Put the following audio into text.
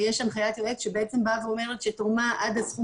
ויש הנחיית יועץ שאומרת שתרומה עד הסכום